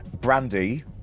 Brandy